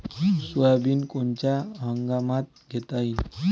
Soybean कोनच्या हंगामात घेता येईन?